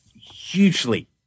hugely